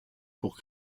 pour